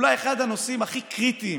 אולי אחד הנושאים הכי קריטיים